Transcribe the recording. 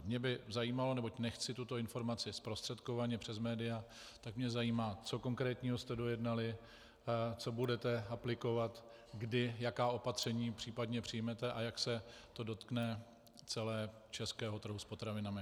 Mě by zajímalo, neboť nechci tuto informaci zprostředkovaně přes média, co konkrétního jste dojednali, co budete aplikovat, kdy, jaká opatření případně přijmete a jak se to celé dotkne českého trhu s potravinami.